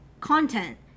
content